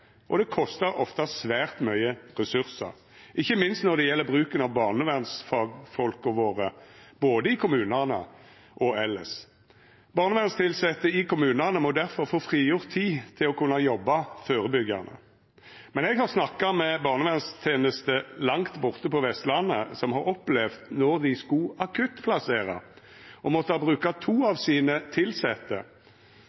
og det kostar ofte svært mykje ressursar, ikkje minst når det gjeld bruken av barnevernsfagfolka våre både i kommunane og elles. Barnevernstilsette i kommunane må difor få frigjort tid til å kunna jobba førebyggjande. Men eg har snakka med ei barnevernsteneste langt borte på Vestlandet, som har opplevd, når dei skulle akuttplassera, å måtta bruka to av